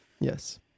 Yes